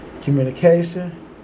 communication